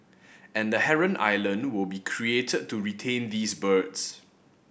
and a heron island will be created to retain these birds